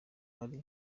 nari